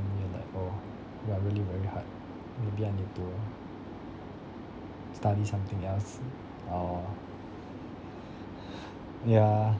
be like oh !wah! really very hard maybe I need to study something else or yeah